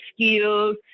skills